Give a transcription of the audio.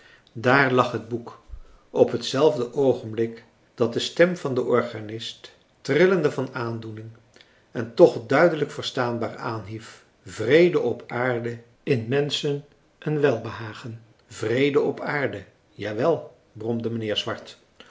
daar lag het boek op hetzelfde oogenblik dat de stem van den organist trillende van aandoening en toch duidelijk verstaanbaar aanhief vrede op aarde in menschen een welbehagen vrede op aarde ja wel bromde mijnheer swart